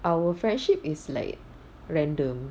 our friendship is like random